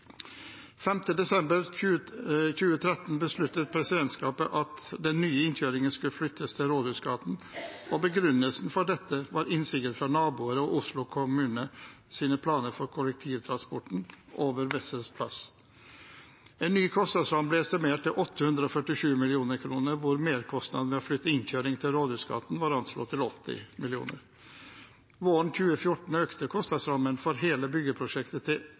5. desember 2013 besluttet presidentskapet at den nye innkjøringen skulle flyttes til Rådhusgaten, og begrunnelsen for dette var innsigelser fra naboer og Oslo kommunes planer for kollektivtransporten over Wessels plass. En ny kostnadsramme ble estimert til 847 mill. kr, hvor merkostnadene ved å flytte innkjøringen til Rådhusgaten var anslått til 80 mill. kr. Våren 2014 økte kostnadsrammen for hele byggeprosjektet til